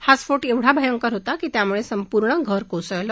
हा स्फोट विका भयंकर होता त्यामुळे सपूर्ण घर कोसळलं